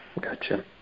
Gotcha